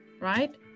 right